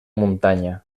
muntanya